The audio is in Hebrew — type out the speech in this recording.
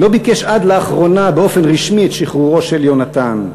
לא ביקש עד לאחרונה באופן רשמי את שחרורו של יהונתן.